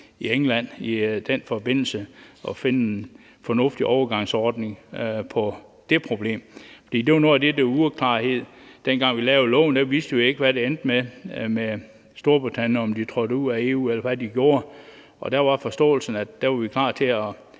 i England, i den forbindelse og finde en fornuftig overgangsordning som løsning på det problem. Det var noget af det, der var uafklaret. Dengang, vi vedtog loven, vidste vi jo ikke, hvad det endte med med Storbritannien, altså om de trådte ud af EU, eller hvad de gjorde. Da var forståelsen, at vi var klar til at